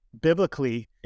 biblically